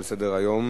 (נקודות זיכוי למסיים תואר אקדמי בתחום עיסוק שנדרשת בו התמחות),